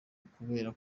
ukubera